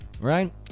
right